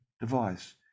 device